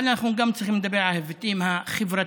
אבל אנחנו צריכים לדבר גם על ההיבטים החברתיים